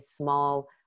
small